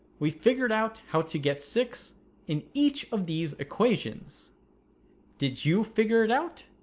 we figured out how to get six in each of these equations did you figure it out?